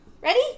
Ready